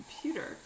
computer